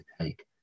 take